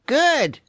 good